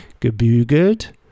Gebügelt